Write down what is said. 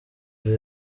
the